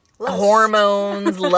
hormones